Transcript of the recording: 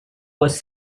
was